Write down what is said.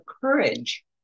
courage